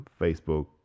Facebook